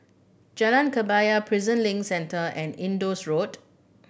Jalan Kebaya Prison Link Centre and Indus Road